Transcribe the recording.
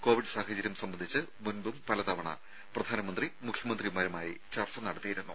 Covid സാഹചര്യം സംബന്ധിച്ച് മുമ്പും പല തവണ പ്രധാനമന്ത്രി മുഖ്യമന്ത്രിമാരുമായി ചർച്ച നടത്തിയിരുന്നു